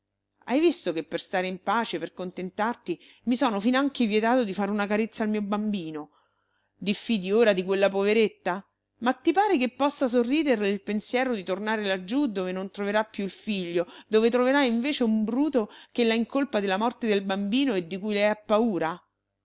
hai visto che per stare in pace per contentarti mi sono finanche vietato di fare una carezza al mio bambino diffidi ora di quella poveretta ma ti pare che possa sorriderle il pensiero di tornare laggiù dove non troverà più il figlio dove troverà invece un bruto che la incolpa della morte del bambino e di cui lei ha paura